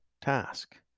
task